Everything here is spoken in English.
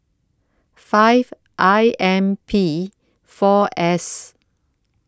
five I M P four S